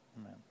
Amen